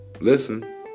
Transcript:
Listen